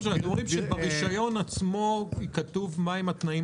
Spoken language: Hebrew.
אתם אומרים שברישיון עצמו כתוב מה הם התנאים